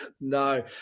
no